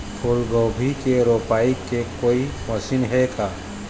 फूलगोभी के रोपाई के कोई मशीन हे का?